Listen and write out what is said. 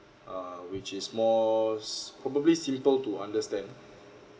uh which is more s~ probably simple to understand